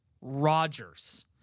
Rodgers